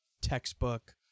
textbook